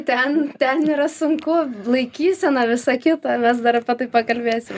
ten ten yra sunku laikysena visa kita mes dar apie tai pakalbėsim